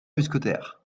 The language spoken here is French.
mousquetaires